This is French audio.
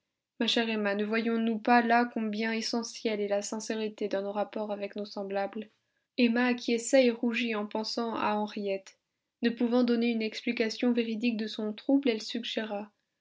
ma chère emma ne voyons-nous pas là combien essentielle est la sincérité dans nos rapports avec nos semblables emma acquiesça et rougit en pensant à henriette ne pouvant donner une explication véridique de son trouble elle suggéra